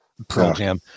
program